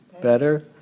Better